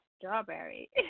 Strawberry